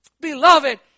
beloved